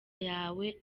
yawe